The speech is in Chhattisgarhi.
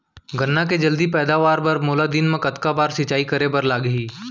गन्ना के जलदी पैदावार बर, मोला दिन मा कतका बार सिंचाई करे बर लागही?